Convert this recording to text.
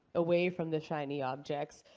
away from the shiny objects.